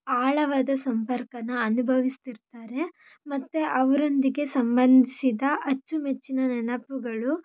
ಆಳವಾದ ಸಂಪರ್ಕನ ಅನುಭವಿಸ್ತಿರ್ತಾರೆ ಮತ್ತು ಅವರೊಂದಿಗೆ ಸಂಬಂಧಿಸಿದ ಅಚ್ಚುಮೆಚ್ಚಿನ ನೆನಪುಗಳು